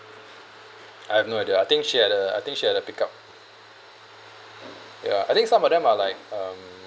I've no idea I think she had a I think she had a pick-up ya I think some of them are like um